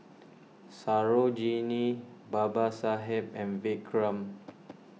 Sarojini Babasaheb and Vikram